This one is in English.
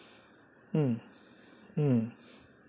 mm mm